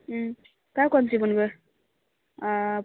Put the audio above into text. हूँ कोन कोन चीज बुनबै आ